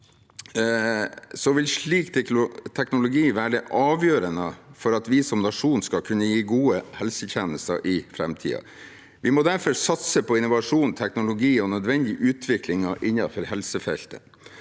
vil slik teknologi være avgjørende for at vi som nasjon skal kunne gi gode helsetjenester i framtiden. Vi må derfor satse på innovasjon, teknologi og nødvendig utvikling innenfor helsefeltet.